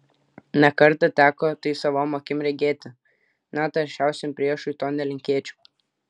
ne kartą teko tai savom akim regėti net aršiausiam priešui to nelinkėčiau